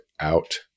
out